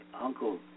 uncle